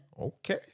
Okay